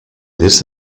this